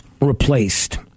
replaced